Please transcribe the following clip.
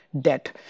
debt